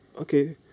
okay